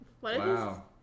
Wow